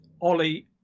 Ollie